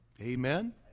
Amen